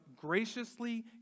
graciously